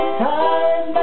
time